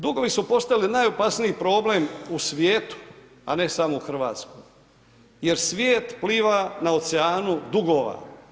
Dugovi su postali najopasniji problem u svijetu, a ne samo u RH jer svijet pliva na oceanu dugova.